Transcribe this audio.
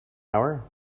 hour